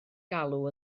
galw